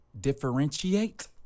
differentiate